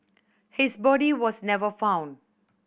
his body was never found